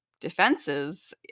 defenses